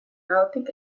ahotik